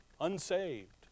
unsaved